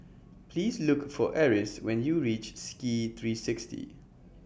Please Look For Eris when YOU REACH Ski three sixty